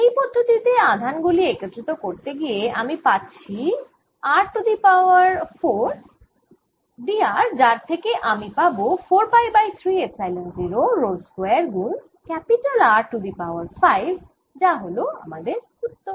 এই পদ্ধতি তে আধান গুলি একত্রিত করতে গিয়ে আমি পাচ্ছি r to the power 4 dr যার থেকে আমি পাবো 4 পাই বাই 3 এপসাইলন 0 𝝆 স্কয়ার গুন R টু দি পাওয়ার 5 যা হল আমাদের উত্তর